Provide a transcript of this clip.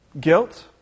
Guilt